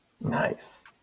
Nice